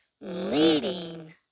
Leading